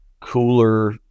cooler